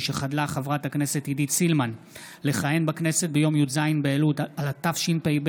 משחדלה חברת הכנסת עידית סילמן לכהן בכנסת בי"ז באלול התשפ"ב,